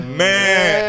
man